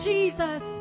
Jesus